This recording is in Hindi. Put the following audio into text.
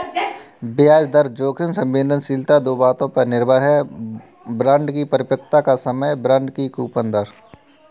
ब्याज दर जोखिम संवेदनशीलता दो बातों पर निर्भर है, बांड की परिपक्वता का समय, बांड की कूपन दर